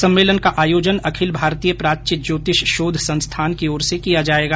सम्मेलन का आयोजन अखिल भारतीय प्राच्य ज्योतिष शोध संस्थान की ओर से किया जायेगा